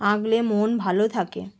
আঁকলে মন ভালো থাকে